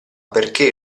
perché